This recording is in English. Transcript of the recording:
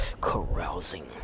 carousing